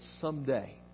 someday